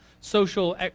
social